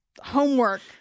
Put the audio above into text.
homework